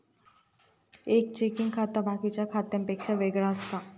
एक चेकिंग खाता बाकिच्या खात्यांपेक्षा वेगळा असता